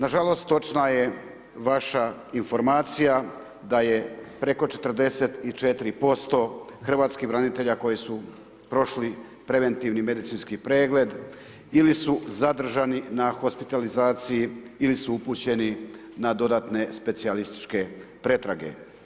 Nažalost točna je vaša informacija da je preko 44% hrvatskih branitelja koji su prošli preventivni medicinski pregled ili su zadržani na hospitalizaciji ili su upućeni na dodatne specijalističke pretrage.